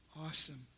Awesome